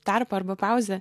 tarpą arba pauzę